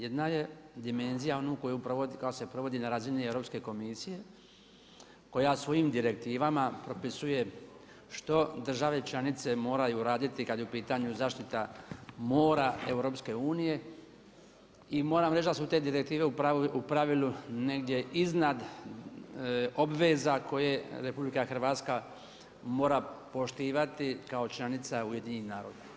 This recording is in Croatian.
Jedna je dimenzija koja se provodi na razini Europske komisije, koja svojim direktivama propisuje što države članice moraju raditi kada je u pitanju zaštita mora EU i moram reć da su te direktive u pravilu negdje iznad obveza koje RH mora poštivati kao članica UN-a.